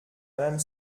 madame